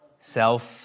Self